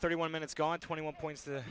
thirty one minutes gone twenty one point